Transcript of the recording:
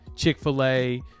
Chick-fil-A